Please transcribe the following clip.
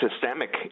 systemic